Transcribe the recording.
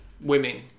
women